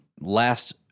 last